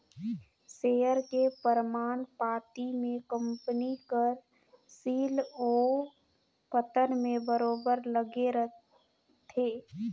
share के परमान पाती में कंपनी कर सील ओ पतर में बरोबेर लगे रहथे